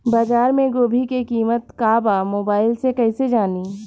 बाजार में गोभी के कीमत का बा मोबाइल से कइसे जानी?